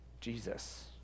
Jesus